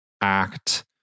act